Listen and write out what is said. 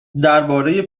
درباره